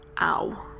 Ow